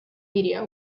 media